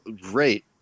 great